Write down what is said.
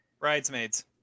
Ridesmaids